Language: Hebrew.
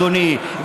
אדוני,